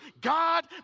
God